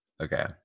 Okay